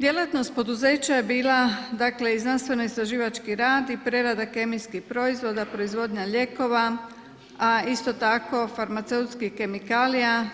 Djelatnost poduzeća je bila i znanstveno-istraživački rad i prerada kemijskih proizvoda, proizvodnja lijekova, a isto tako farmaceutskih kemikalija,